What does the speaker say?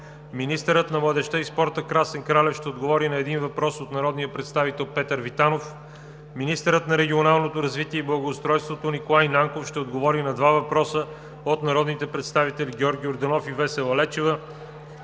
министърът на младежта и спорта Красен Кралев ще отговори на един въпрос от народния представител Петър Витанов; - министърът на регионалното развитие и благоустройството Николай Нанков ще отговори на два въпроса от народните представители Георги Йорданов и Весела Лечева,